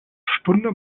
stunde